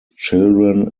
children